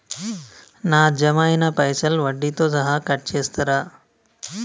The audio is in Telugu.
నా జమ అయినా పైసల్ వడ్డీతో సహా కట్ చేస్తరా?